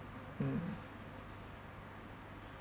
mm